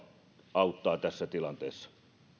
auttaa tässä tilanteessa